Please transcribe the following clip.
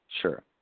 Sure